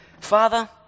Father